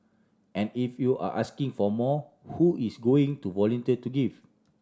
and if you are asking for more who is going to volunteer to give